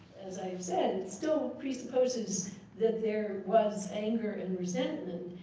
as i have said, it still presupposes that there was anger and resentment,